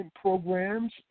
programs